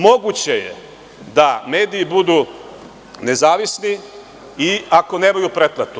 Moguće je da mediji budu nezavisni i ako nemaju pretplatu.